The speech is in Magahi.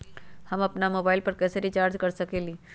हम अपन मोबाइल कैसे रिचार्ज कर सकेली?